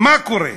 מה קורה?